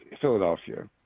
Philadelphia